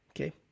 Okay